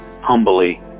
humbly